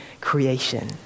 creation